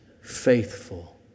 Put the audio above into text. faithful